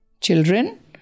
Children